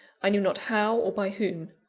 i knew not how, or by whom.